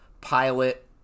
pilot